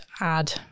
add